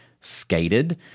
skated